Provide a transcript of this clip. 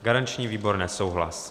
Garanční výbor: nesouhlas.